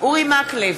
אורי מקלב,